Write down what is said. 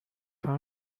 همه